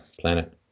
planet